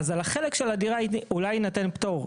אז על החלק של הדירה אולי יינתן פטור,